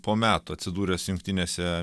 po metų atsidūręs jungtinėse